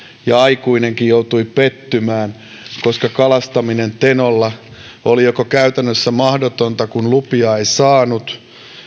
ja aikuinenkin joutui pettymään koska kalastaminen tenolla oli käytännössä mahdotonta kun lupia ei saanut